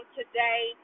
today